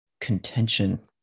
contention